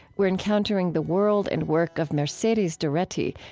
we're encountering the world and work of mercedes doretti,